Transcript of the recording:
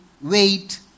wait